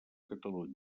catalunya